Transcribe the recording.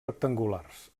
rectangulars